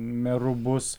meru bus